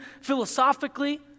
philosophically